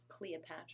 Cleopatra